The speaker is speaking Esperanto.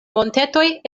montetoj